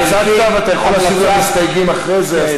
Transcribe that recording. הצגת ואתה יכול להשיב למסתייגים אחרי זה.